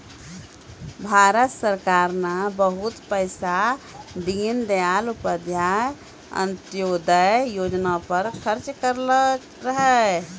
भारत सरकार ने बहुते पैसा दीनदयाल उपाध्याय अंत्योदय योजना पर खर्च करलो रहै